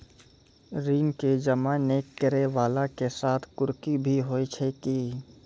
ऋण के जमा नै करैय वाला के साथ कुर्की भी होय छै कि?